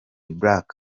black